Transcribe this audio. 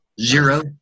Zero